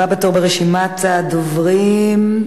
הבא בתור ברשימת הדוברים,